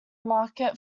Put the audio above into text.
market